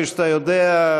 כפי שאתה יודע,